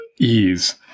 ease